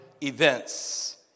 events